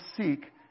seek